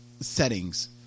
settings